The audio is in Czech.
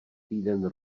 týden